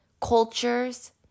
cultures